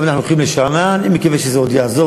אני הובלתי לבניית הגדר,